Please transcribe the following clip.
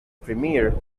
premier